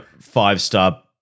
five-star